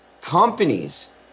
companies